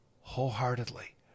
wholeheartedly